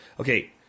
Okay